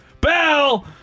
bell